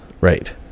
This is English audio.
Right